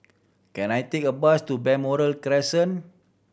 can I take a bus to Balmoral Crescent